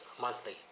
monthly